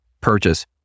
purchase